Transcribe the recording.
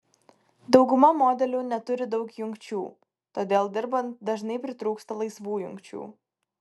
dauguma modelių neturi daug jungčių todėl dirbant dažnai pritrūksta laisvų jungčių